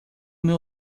meu